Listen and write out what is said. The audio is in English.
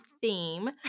Theme